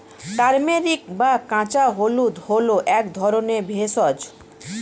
turmeric বা কাঁচা হলুদ হল এক ধরনের ভেষজ